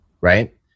right